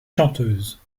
chanteuse